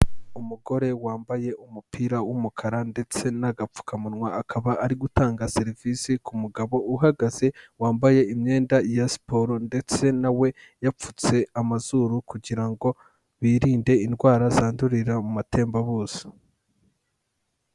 Umugore wambaye umupira w'umukara ndetse n'agapfukamunwa, akaba ari gutanga serivisi ku mugabo uhagaze, wambaye imyenda ya siporo ndetse na we yapfutse amazuru kugira ngo birinde indwara zandurira mu matembabuzi.